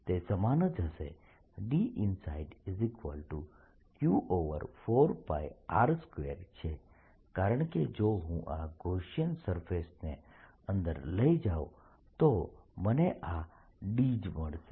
તે સમાન જ હશે DinsideQ4πr2 છે કારણકે જો હું આ ગૌસીયન સરફેસને અંદર લઈ જાઉં તો મને આ D જ મળશે